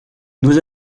nous